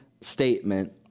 statement